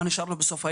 מה נשאר לו בסוף היום?